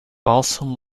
balsam